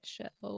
Show